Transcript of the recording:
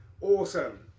Awesome